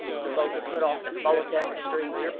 the boat put off and followed down the stream.